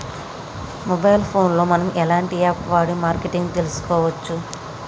Mobile phone లో మనం ఎలాంటి యాప్ వాడి మార్కెటింగ్ తెలుసుకోవచ్చు?